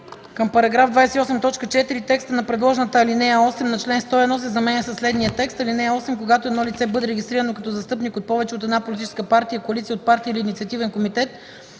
Към § 28, т. 4: текстът на предложената ал. 8 на чл. 101 се заменя със следния текст: „(8) Когато едно лице бъде регистрирано като застъпник от повече от една политическа партия, коалиция от партии или инициативен комитет,